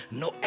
no